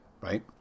right